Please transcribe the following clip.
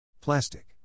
Plastic